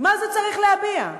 מה זה צריך להביע?